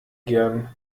gern